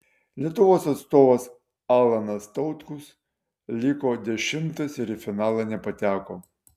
lietuvos atstovas alanas tautkus liko dešimtas ir į finalą nepateko